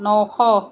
নশ